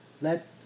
let